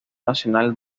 nacional